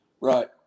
Right